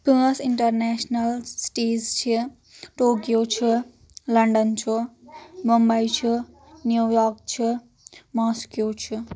پانٛژھ international cities چھِ Tokyo چھُ لنڈن چھُ ممبے چھُ نیٚو یارک چھُ ماسکو چھُ